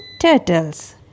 turtles